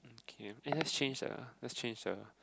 okay let's use change the let's change the